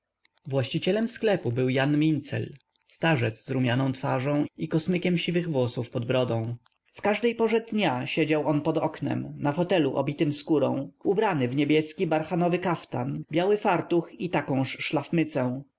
właścicielem sklepu był jan mincel starzec z rumianą twarzą i kosmykiem siwych włosów pod brodą w każdej porze dnia siedział on pod oknem na fotelu obitym skórą ubrany w niebieski barchanowy kaftan biały fartuch i takąż